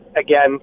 again